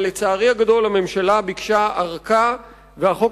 אבל לצערי הגדול הממשלה ביקשה ארכה והחוק